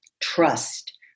trust